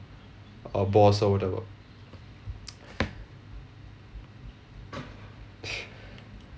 uh boss or whatever